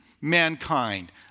mankind